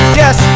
yes